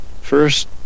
First